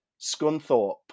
Scunthorpe